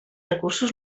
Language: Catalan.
recursos